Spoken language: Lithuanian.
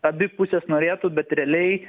abi pusės norėtų bet realiai